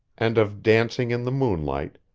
and of dancing in the moonlight,